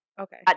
Okay